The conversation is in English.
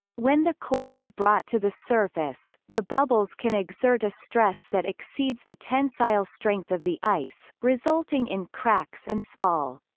when the core is brought to the surface, the bubbles can exert a stress that exceeds the tensile strength of the ice, resulting in cracks and spall.